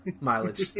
mileage